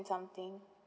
something